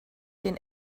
den